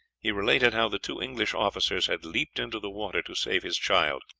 he related how the two english officers had leaped into the water to save his child,